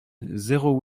zéro